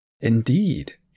Indeed